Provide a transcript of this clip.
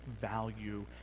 value